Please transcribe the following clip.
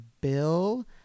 Bill